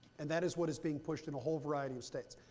and that is what is being pushed in a whole variety of states.